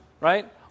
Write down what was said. right